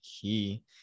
key